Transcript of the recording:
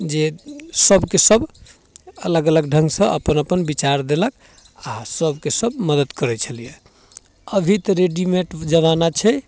जे सबके सब अलग अलग ढङ्गसँ अलग अलग विचार देलक आओर सबके सब मदति करै छलैए अभी तऽ रेडीमेड जमाना छै